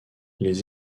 les